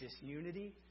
disunity